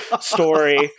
story